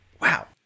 wow